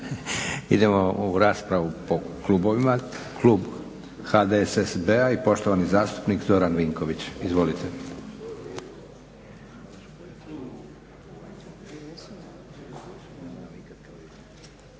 Idemo u raspravu po klubovima. Klub HDSSB-a i poštovani zastupnik Zoran Vinković. Izvolite.